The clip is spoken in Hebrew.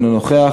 אינו נוכח.